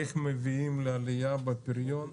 איך מביאים לעלייה בפריון,